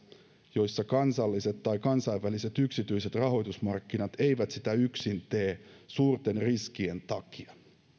joissa kansalliset tai kansainväliset yksityiset rahoitusmarkkinat eivät sitä yksin tee suurten riskien takia